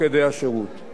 הנני מזדהה עם זה,